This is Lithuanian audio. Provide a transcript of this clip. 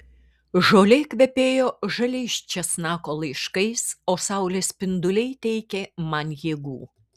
žolė kvepėjo žaliais česnako laiškais o saulės spinduliai teikė man jėgų